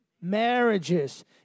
marriages